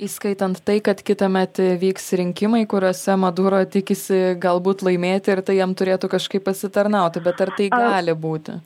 įskaitant tai kad kitąmet vyks rinkimai kuriuose maduro tikisi galbūt laimėti ir tai jam turėtų kažkaip pasitarnauti bet ar tai gali būti